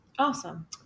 Awesome